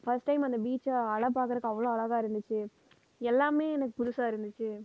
first time அந்த பீச்சில் அலை பார்க்குறதுக்கு அவ்வளோ அழகாக இருந்துச்சு எல்லாமே எனக்கு புதுசாக இருந்துச்சு